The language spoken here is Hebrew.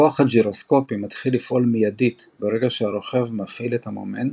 הכוח הגירוסקופי מתחיל לפעול מיידית ברגע שהרוכב מפעיל את המומנט,